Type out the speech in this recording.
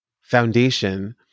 foundation